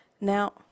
Now